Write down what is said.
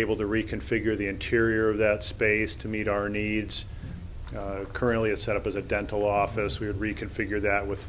able to reconfigure the interior of that space to meet our needs currently a set up as a dental office we had reconfigure that with